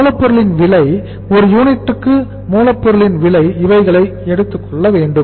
மூலப் பொருளின் விலை ஒரு யூனிட்டுக்கு மூலப் பொருளின் விலை இவைகளை எடுத்துக்கொள்ள வேண்டும்